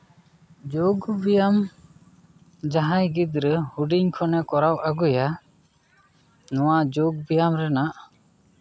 ᱡᱳᱜᱽ ᱵᱮᱭᱟᱢ ᱡᱟᱦᱟᱸᱭ ᱜᱤᱫᱽᱨᱟᱹ ᱦᱩᱰᱤᱧ ᱠᱷᱚᱱᱮ ᱠᱚᱨᱟᱣ ᱟᱹᱜᱩᱭᱟ ᱱᱚᱣᱟ ᱡᱳᱜᱽ ᱵᱮᱭᱟᱢ ᱨᱮᱱᱟᱜ